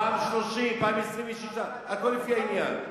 פעם 30, פעם 26, הכול לפי העניין.